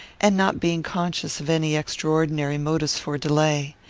and not being conscious of any extraordinary motives for delay.